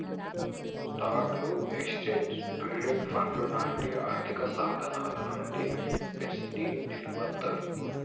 స్టాక్లు, exchange traded ఫండ్లు లాంటి ఆర్థికసాధనాల నుండి హెడ్జ్ని నిర్మిత్తర్